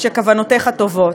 שכוונותיך טובות,